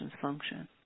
function